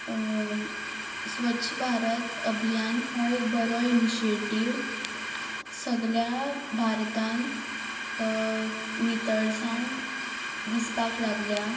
स्वच्छ भारत अभियान हो एक बरो इनिशिएटीव सगल्या भारतान नितळसाण दिसपाक लागल्या